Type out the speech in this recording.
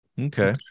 Okay